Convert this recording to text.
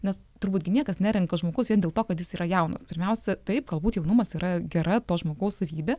nes turbūt gi niekas nerenka žmogaus vien dėl to kad jis yra jaunas pirmiausia taip galbūt jaunumas yra gera to žmogaus savybė